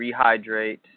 rehydrate